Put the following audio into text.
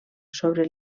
sobre